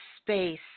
space